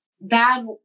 bad